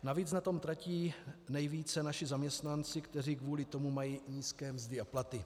Navíc na tom tratí nejvíce naši zaměstnanci, kteří kvůli tomu mají nízké mzdy a platy.